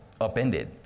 upended